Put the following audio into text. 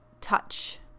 touch